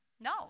No